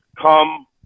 come